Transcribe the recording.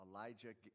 Elijah